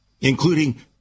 including